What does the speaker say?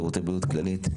שירותי בריאות כללית.